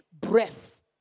breath